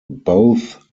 both